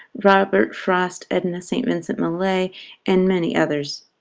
robert frost edna st. vincent millay and many others.